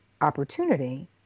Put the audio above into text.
opportunity